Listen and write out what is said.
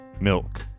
Milk